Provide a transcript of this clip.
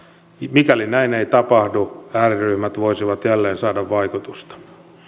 mikäli näin ei tapahdu ääriryhmät voisivat jälleen saada vaikutusta